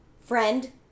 friend